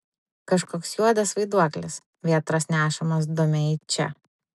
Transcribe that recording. kažkoks juodas vaiduoklis vėtros nešamas dumia į čia